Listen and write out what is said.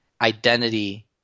identity